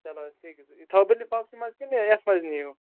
چلو حظ ٹھیٖک حظ چھُ یہِ تھاوو بہٕ لِفاف سٕے منٛز کِنہٕ یَتھ منٛز نِیِو